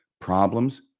problems